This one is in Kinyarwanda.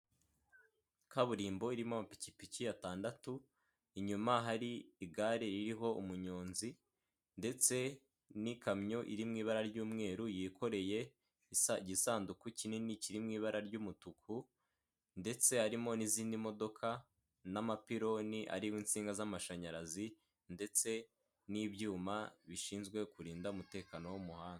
Kaburimbo irimo amapikipiki atandatu inyuma hari igare ririho umunyonzi ndetse n'ikamyo iri mu ibara ry'umweru yikoreye igisanduku kinini kiri mu ibara ry'umutuku ndetse harimo n'izindi modoka n'amapiloni ariho insinga z'amashanyarazi ndetse n'ibyuma bishinzwe kurinda umutekano w'umuhanda.